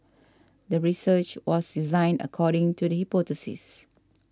the research was designed according to the hypothesis